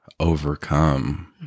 overcome